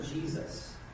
Jesus